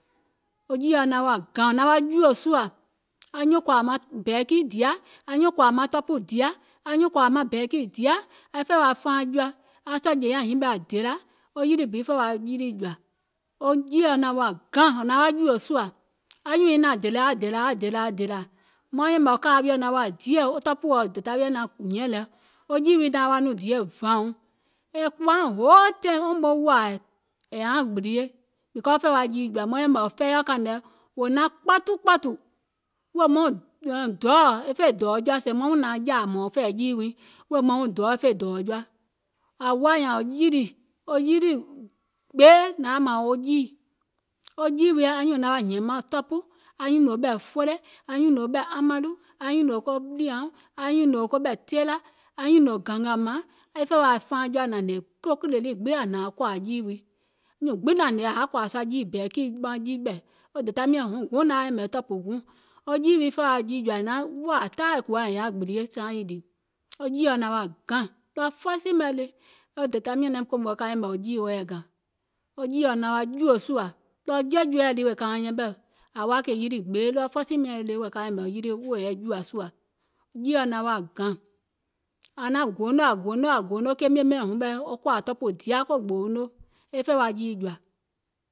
Wo jiìɔ naŋ gȧŋ naŋ wa jùò sùȧ, anyuùŋ kòȧ maŋ bɛɛkì dìa, anyuùŋ kòȧ maŋ tɔpù dìa, a fe wa faaŋ jɔa, aŋ sɔìjè nyaŋ hiŋ ɓɛɛ aŋ dèlȧ, wo yilì bi fè wa yilì jɔ̀ȧ, wo jiìɔ naŋ wa gȧŋ naŋ wa jùò sùȧ, maŋ yɛ̀mɛ̀ kȧa wiɔ̀ naŋ wa diè, wo tɔpùɔ dèda wiɔ̀ naŋ hiɛ̀ŋ lɛ wo jiì wii nauŋ wa nɔŋ diè vȧuŋ, è kùwàuŋ hoo taìŋ almore wȧȧ, è yȧaiŋ gbilie because wo fè wa jiì jɔ̀ȧ maŋ yɛ̀mɛ̀ fɛiɔ̀ kȧìŋ nɛ wò naŋ kpɔtukpɔ̀tù, wèè mauŋ dɔɔ̀ e fè dɔ̀ɔ jɔa, nȧȧŋ ȧŋ naŋ wuŋ nȧaŋ jȧȧ hmɔ̀ɔ̀ŋ fɛ̀ì jiì wiiŋ wɔŋ dɔɔ̀ fè dɔ̀ɔ jɔa, ȧŋ woȧ nƴȧȧŋ wo yilì wo yilì gbee wuŋ nȧŋ yaȧ mȧȧŋ wo jiì, wo jiì wii anyùùŋ naŋ wa hìɛ̀ŋ maŋ tɔpù, anyùnòò ɓɛ̀ fole, anyùnòò ɓɛ̀ amaɗù, anyùnòò ko ɗìȧuŋ, anyùnòò koɓɛ̀ teelȧ, anyùùnòò gȧngȧȧmȧŋ, e fè wa e faaŋ jɔa naŋ hnè, ko kìlè lii gbiŋ aŋ hnȧŋ kòȧ jiì wii, nyùùŋ gbiŋ naŋ hnè yaȧ kòȧ sùȧ jiì bɛɛkì, wo dèda miɔ̀ŋ huŋ guùŋ naŋ wa yɛ̀mɛ̀ tɔ̀pù guùŋ, wo jiì wii fè wa jiì jɔ̀ȧ wȧȧ taai è kùwȧuŋ è yȧauŋ gbilie saaŋ yii dìì, wo jiìɔ naŋ wa gàŋ, taìŋ fɔisì mɛ̀ lii wo dèdȧ miɔ̀ŋ naim kòmò ka yɛ̀mɛ̀ jiì wo yɛi gàŋ, wo jiìɔ naŋ wa jùò sùȧ, e taìŋ jiɛ̀jiɛ̀ɛ lii kauŋ yɛmɛ̀, a woȧ kèè yilì gbee ɗɔɔ fɔisì mɛ̀ lii ka yɛ̀mɛ̀ yilì wo yɛi jùȧ sùȧ, wo jiìɔ naŋ wa gȧŋ ȧŋ naŋ goonò ȧŋ goonò wo keeme miɔ̀ŋ huŋ ɓɛɛ wo kòȧ tɔpù dìa ko gboouŋ noo, e fè wa jiì jɔ̀ȧ,